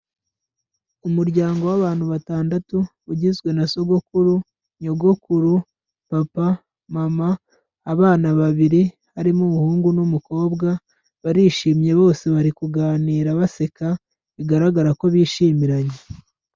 Umuryango w'abantu batandatu ugizwe na sogokuru, nyogokuru, papa, mama abana babiri harimo umuhungu n'umukobwa barishimye bose bari kuganira baseka bigaragara ko bishimiranye.